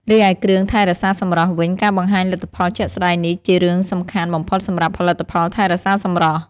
រីឯគ្រឿងថែរក្សាសម្រស់វិញការបង្ហាញលទ្ធផលជាក់ស្តែងនេះជារឿងសំខាន់បំផុតសម្រាប់ផលិតផលថែរក្សាសម្រស់។